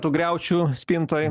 tų griaučių spintoj